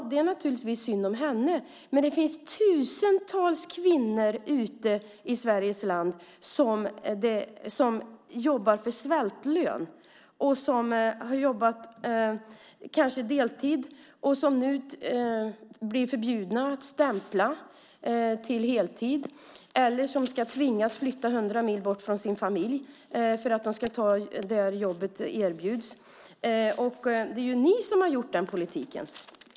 Ja, det är naturligtvis synd om henne, men det finns tusentals kvinnor ute i Sveriges land som jobbar för svältlön. De har kanske jobbat deltid och blir nu förbjudna att stämpla upp till heltid eller tvingas flytta hundra mil från sin familj för att de ska ta ett jobb där det erbjuds. Det är ju ni som har skapat den politiken.